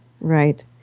right